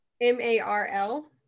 M-A-R-L